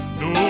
no